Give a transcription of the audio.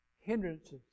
hindrances